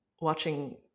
watching